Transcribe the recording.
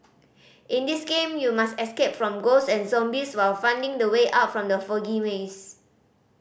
in this game you must escape from ghosts and zombies while finding the way out from the foggy maze